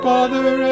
Father